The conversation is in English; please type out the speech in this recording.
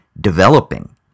developing